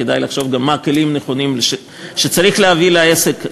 כדאי לחשוב גם מה הם הכלים הנכונים שצריך להביא לעסק כדי,